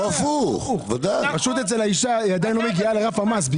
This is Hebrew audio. בחישוב מס מאוחד